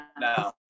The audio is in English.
No